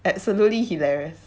absolutely hilarious